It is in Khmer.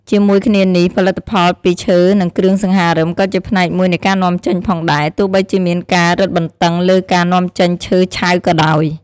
ជាមួយគ្នានេះ ផលិតផលពីឈើ និងគ្រឿងសង្ហារឹម ក៏ជាផ្នែកមួយនៃការនាំចេញផងដែរ ទោះបីជាមានការរឹតបន្តឹងលើការនាំចេញឈើឆៅក៏ដោយ។